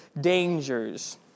dangers